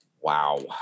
wow